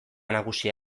nagusia